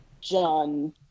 John